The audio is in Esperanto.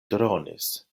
dronis